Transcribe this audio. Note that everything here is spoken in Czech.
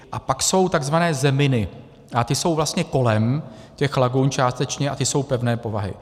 A pak jsou takzvané zeminy a ty jsou vlastně kolem těch lagun částečně a ty jsou pevné povahy.